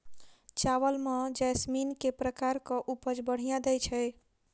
चावल म जैसमिन केँ प्रकार कऽ उपज बढ़िया दैय छै?